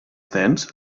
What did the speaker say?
tens